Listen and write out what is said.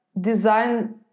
design